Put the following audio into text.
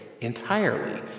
entirely